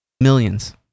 Millions